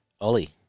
Ollie